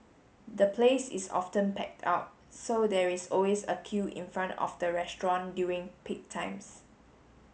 the place is often packed out so there is always a queue in front of the restaurant during peak times